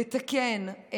לתקן,